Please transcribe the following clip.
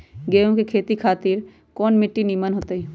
गेंहू की खेती खातिर कौन मिट्टी निमन हो ताई?